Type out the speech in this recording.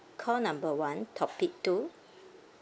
call number one topic two